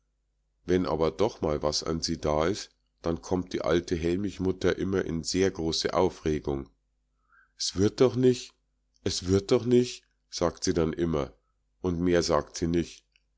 wenn aber doch mal was an sie da is da kommt die alte hellmichmutter immer in sehr große aufregung s wird doch nich s wird doch nich sagt sie dann immer und mehr sagt sie nich